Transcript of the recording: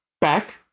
back